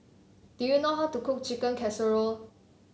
do you know how to cook Chicken Casserole